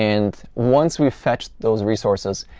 and once we fetch those resources,